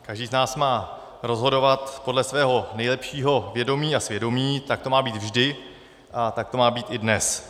Každý z nás má rozhodovat podle svého nejlepšího vědomí a svědomí, tak to má být vždy a tak to má být i dnes.